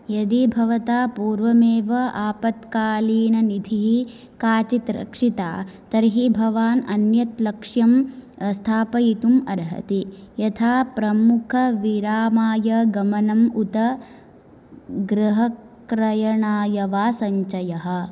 यदि भवता पूर्वमेव आपत्कालीननिधिः काचित् रक्षिता तर्हि भवान् अन्यत् लक्ष्यं स्थापितुम् अर्हति यथा प्रमुखविरामाय गमनं उत गृहक्रयणाय वा सञ्चयः